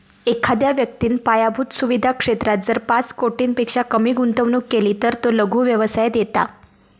एखाद्या व्यक्तिन पायाभुत सुवीधा क्षेत्रात जर पाच कोटींपेक्षा कमी गुंतवणूक केली तर तो लघु व्यवसायात येता